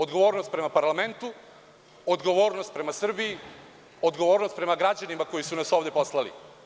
Odgovornost prema parlamentu, odgovornost prema Srbiji, odgovornost prema građanima koji su nas ovde poslali.